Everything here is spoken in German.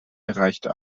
erreichte